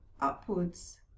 upwards